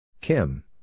Kim